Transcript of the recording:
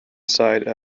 side